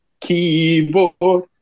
keyboard